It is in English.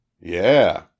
Yeah